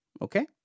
Okay